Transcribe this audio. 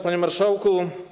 Panie Marszałku!